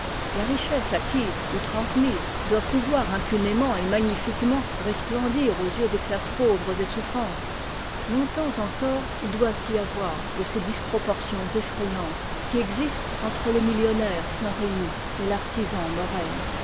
la richesse acquise ou transmise doit pouvoir impunément et magnifiquement resplendir aux yeux des classes pauvres et souffrantes longtemps encore il doit y avoir de ces disproportions effrayantes qui existent entre le millionnaire saint-remy et l'artisan morel